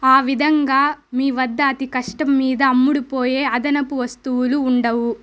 ఆ విధంగా మీ వద్ద అతి కష్టం మీద అమ్ముడుపోయే అదనపు వస్తువులు ఉండవు